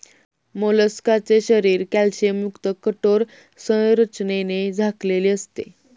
मोलस्काचे शरीर कॅल्शियमयुक्त कठोर संरचनेने झाकलेले असते